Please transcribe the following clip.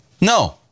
No